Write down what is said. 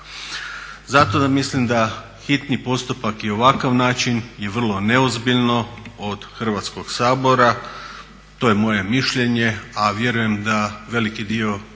Zato mislim da hitni postupak i ovakav način je vrlo neozbiljno od Hrvatskog sabora. To je moje mišljenje, a vjerujem da veliki dio